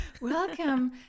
Welcome